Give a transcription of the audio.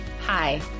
Hi